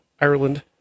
Ireland